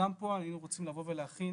גם פה, היינו רוצים לבוא ולהכין